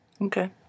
Okay